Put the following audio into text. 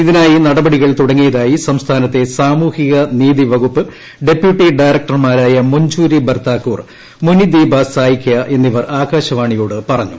ഇതിനായി നടപടികൾ തുടങ്ങിയതായി സംസ്ഥാനത്തെ സാമൂഹിക നീതി വകുപ്പ് ഡെപ്യൂട്ടി ഡയറക്ടർമാരായ മൊഞ്ചൂരി ബർത്താക്കുർ മൊനിദീപ സായ്ക്യ എന്നിവർ ആകാശവാണിയോട് പറഞ്ഞു